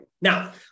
Now